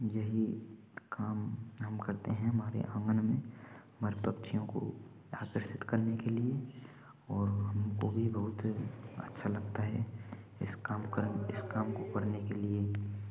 यही काम हम करते हैं हमारे आंगन में हमारे पक्षियों को आकर्षित करने के लिए और हमको भी बहुत अच्छा लगता है इस काम कर इस काम को करने के लिए